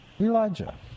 Elijah